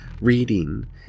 reading